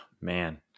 man